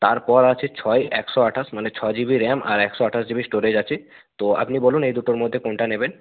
তারপর আছে ছয় একশো আঠাশ মানে ছ জি বি র্যাম আর একশো আঠাশ জি বি স্টোরেজ আছে তো আপনি বলুন এই দুটোর মধ্যে কোনটা নেবেন